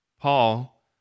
Paul